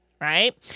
Right